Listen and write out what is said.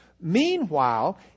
Meanwhile